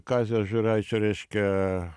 kazio žiūraičio reiškia